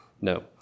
No